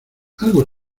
algo